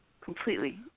completely